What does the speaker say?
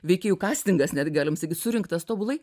veikėjų kastingas net galim sakyt surinktas tobulai